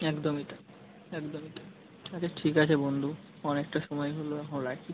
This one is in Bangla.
একদমই তাই একদমই তাই আচ্ছা ঠিক আছে বন্ধু অনেকটা সময় হলো এখন রাখি